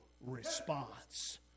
response